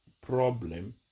problem